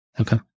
Okay